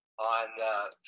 On